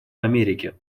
америки